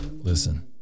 Listen